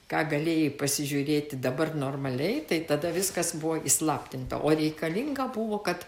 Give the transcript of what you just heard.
ką galėjai pasižiūrėti dabar normaliai tai tada viskas buvo įslaptinta o reikalinga buvo kad